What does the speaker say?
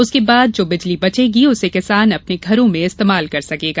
उसके बाद जो बिजली बचेगी उसे किसान अपने घरों में इस्तेमाल कर सकेगा